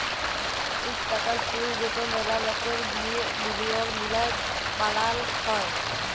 ইক টাকার পুল যেট ম্যালা লকের বিলিয়গ মিলায় বালাল হ্যয়